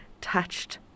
touched